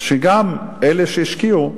שגם אלה שהשקיעו,